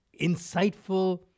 insightful